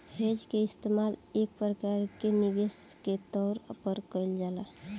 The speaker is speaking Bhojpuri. हेज के इस्तेमाल एक प्रकार के निवेश के तौर पर कईल जाला